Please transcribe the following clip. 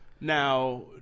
Now